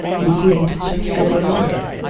he couldn't sit still anywhere.